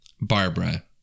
Barbara